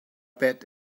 bet